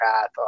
path